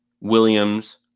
Williams